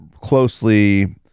closely